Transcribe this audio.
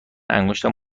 انگشتم